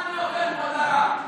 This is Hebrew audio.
על מה אני עובד, כבוד הרב?